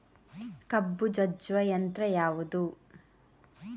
ಕಬ್ಬು ಜಜ್ಜುವ ಯಂತ್ರ ಯಾವುದು?